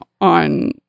on